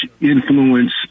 influence